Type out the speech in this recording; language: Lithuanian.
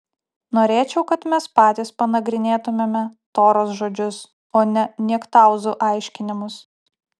norėčiau kad mes patys panagrinėtumėme toros žodžius o ne niektauzų aiškinimus